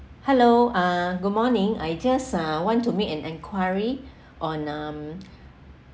hello uh good morning I just uh want to make an enquiry on um